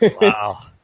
Wow